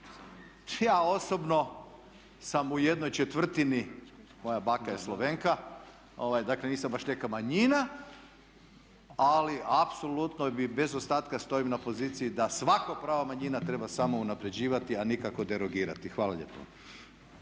Ja osobno sam u jednoj četvrtini, moja banka je Slovenska, dakle nisam baš neka manjina ali apsolutno i bez ostatka stojim na poziciji da svako pravo manjina treba samo unapređivati a nikako derogirati. Hvala lijepo.